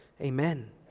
Amen